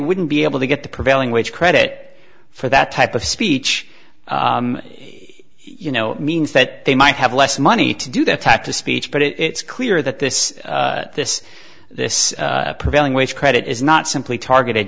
wouldn't be able to get the prevailing wage credit for that type of speach you know means that they might have less money to do that type to speech but it's clear that this this this prevailing wage credit is not simply targeted